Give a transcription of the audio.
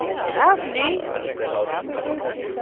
daphne, he called out to the cook,